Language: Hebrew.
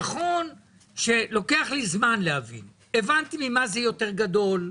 נכון שלוקח לי זמן להבין אבל הבנתי ממה זה יותר גדול,